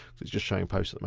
it's just showing post at and